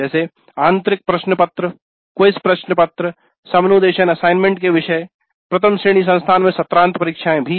यथा आन्तरिक प्रश्नपत्र इंटरनल टेस्ट पेपर क्विज प्रश्नपत्र समनुदेशन असाइनमेंट के विषय और प्रथम श्रेणी संस्थान में सत्रांत परीक्षाएं भी